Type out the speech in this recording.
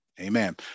Amen